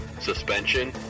suspension